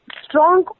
strong